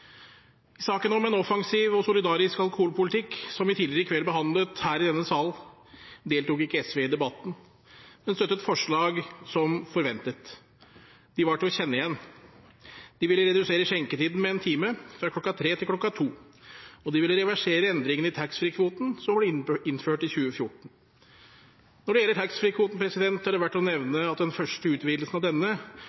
saken om en offensiv og solidarisk alkoholpolitikk, som vi tidligere i kveld behandlet i denne salen, deltok SV ikke i debatten, men støttet forslag, som forventet. De var til å kjenne igjen. De ville redusere skjenketiden med 1 time, fra kl. 03.00 til kl. 02.00, og de ville reversere de endringene i taxfreekvoten som ble innført i 2014. Når det gjelder taxfreekvoten, er det verdt å nevne at den første utvidelsen av denne